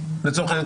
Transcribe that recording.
לצורך העניין,